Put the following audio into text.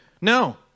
No